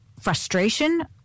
frustration